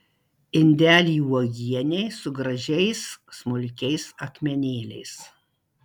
indelį uogienei su gražiais smulkiais akmenėliais